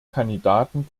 kandidaten